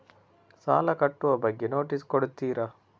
ಸಾಲ ಕಟ್ಟುವ ಬಗ್ಗೆ ನೋಟಿಸ್ ಕೊಡುತ್ತೀರ?